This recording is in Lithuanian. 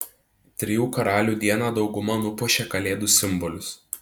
trijų karalių dieną dauguma nupuošė kalėdų simbolius